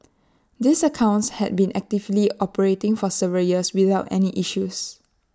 these accounts had been actively operating for several years without any issues